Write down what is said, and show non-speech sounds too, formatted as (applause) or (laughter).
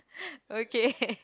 (laughs) okay